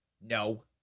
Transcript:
No